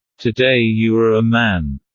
today you are a man.